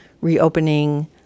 reopening